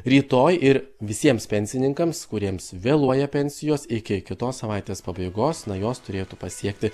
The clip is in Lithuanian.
rytoj ir visiems pensininkams kuriems vėluoja pensijos iki kitos savaitės pabaigos na jos turėtų pasiekti